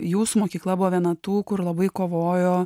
jūsų mokykla buvo viena tų kur labai kovojo